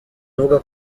avuga